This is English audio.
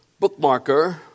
bookmarker